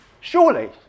Surely